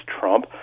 Trump